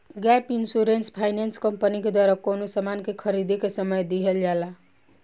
gap insurance finance company के द्वारा कवनो सामान के खरीदें के समय दीहल जाला